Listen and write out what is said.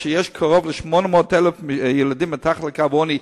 ויש קרוב ל-800,000 ילדים מתחת לקו העוני,